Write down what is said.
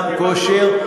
גם כושר,